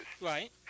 Right